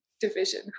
division